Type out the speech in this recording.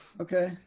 Okay